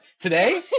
Today